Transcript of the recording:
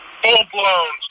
full-blown